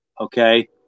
okay